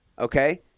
okay